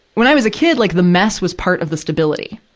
when i was a kid, like, the mess was part of the stability.